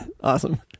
Awesome